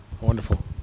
Wonderful